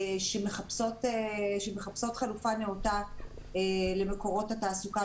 שמחפשות חלופה נאותה למקורות התעסוקה,